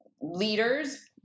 leaders